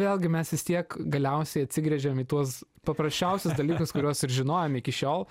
vėlgi mes vis tiek galiausiai atsigręžiam į tuos paprasčiausius dalykus kuriuos ir žinojom iki šiol